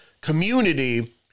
community